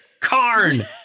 Karn